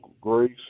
grace